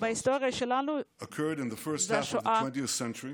בהיסטוריה שלנו, זה השואה.